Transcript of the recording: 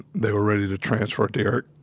they were ready to transfer derrick,